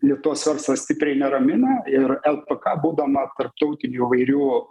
lietuvos verslas stipriai neramina ir el pe ka būdama tarptautinių įvairių